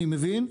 אני מבין,